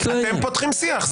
אתם פותחים שיח.